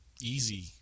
easy